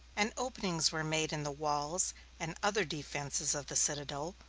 and openings were made in the walls and other defenses of the citadel,